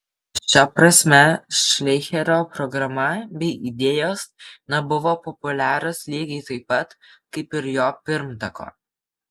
šia prasme šleicherio programa bei idėjos nebuvo populiarios lygiai taip pat kaip ir jo pirmtako